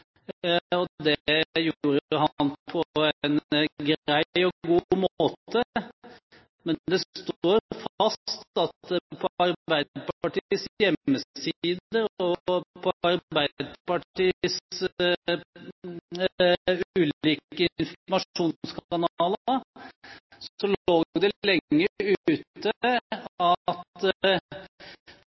og det gjorde han på en grei og god måte. Men det står fast at det på Arbeiderpartiet hjemmeside og på Arbeiderpartiets ulike informasjonskanaler lenge lå ute at det